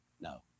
No